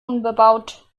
unbebaut